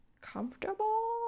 comfortable